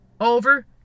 over